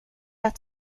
att